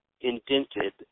indented